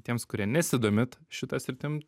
tiems kurie nesidomit šita sritim